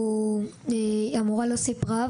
א': המורה לא סיפרה,